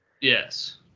Yes